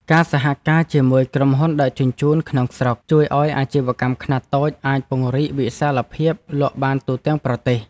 ការសហការជាមួយក្រុមហ៊ុនដឹកជញ្ជូនក្នុងស្រុកជួយឱ្យអាជីវកម្មខ្នាតតូចអាចពង្រីកវិសាលភាពលក់បានទូទាំងប្រទេស។